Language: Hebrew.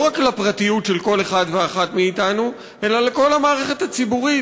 לא רק לפרטיות של כל אחד ואחת מאתנו אלא לכל המערכת הציבורית,